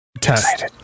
test